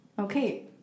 okay